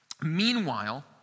Meanwhile